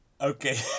Okay